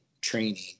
training